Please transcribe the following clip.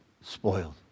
spoiled